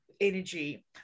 energy